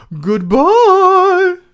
goodbye